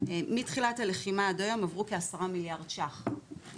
מתחילת הלחימה ועד היום עברו מעל כ-10 מיליארד שקלים,